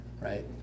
right